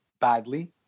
badly